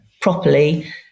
properly